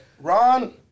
Ron